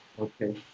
Okay